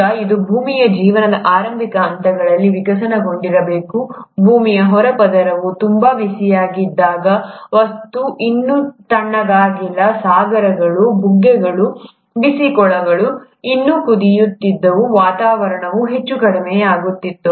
ಈಗ ಇದು ಭೂಮಿಯ ಜೀವನದ ಆರಂಭಿಕ ಹಂತಗಳಲ್ಲಿ ವಿಕಸನಗೊಂಡಿರಬೇಕು ಭೂಮಿಯ ಹೊರಪದರವು ತುಂಬಾ ಬಿಸಿಯಾಗಿದ್ದಾಗ ವಸ್ತು ಇನ್ನೂ ತಣ್ಣಗಾಗಿಲ್ಲ ಸಾಗರಗಳು ಬುಗ್ಗೆಗಳು ಬಿಸಿ ಕೊಳಗಳು ಇನ್ನೂ ಕುದಿಯುತ್ತಿದ್ದವು ವಾತಾವರಣ ಹೆಚ್ಚು ಕಡಿಮೆಯಾಗುತ್ತಿತ್ತು